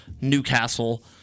Newcastle